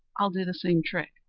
i'll do the same trick.